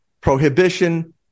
prohibition